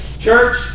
Church